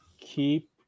Keep